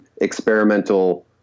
experimental